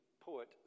poet